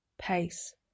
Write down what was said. PACE